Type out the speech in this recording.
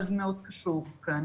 אבל זה מאוד קשור כאן,